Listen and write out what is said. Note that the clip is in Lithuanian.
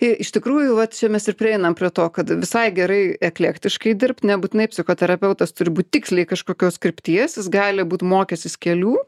i iš tikrųjų vat čia jau mes ir prieinam prie to kad visai gerai eklektiškai dirbt nebūtinai psichoterapeutas turi būt tiksliai kažkokios krypties jis gali būt mokęsis kelių